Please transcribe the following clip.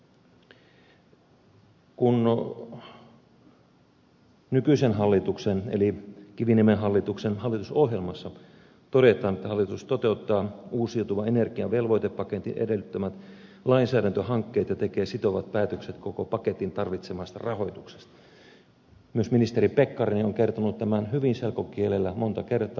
kun nykyisen hallituksen eli kiviniemen hallituksen hallitusohjelmassa todetaan että hallitus toteuttaa uusiutuvan energian velvoitepaketin edellyttämät lainsäädäntöhankkeet ja tekee sitovat päätökset koko paketin tarvitsemasta rahoituksesta niin myös ministeri pekkarinen on kertonut tämän hyvin selkokielellä monta kertaa